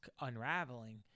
unraveling